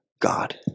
God